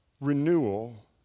renewal